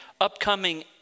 upcoming